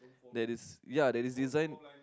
that is ya that is design